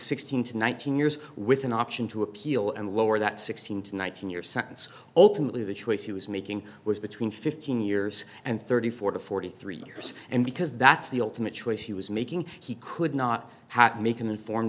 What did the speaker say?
sixteen thousand years with an option to appeal and lower that sixteen to nineteen year sentence alternately the choice he was making was between fifteen years and thirty four to forty three years and because that's the ultimate choice he was making he could not make an informed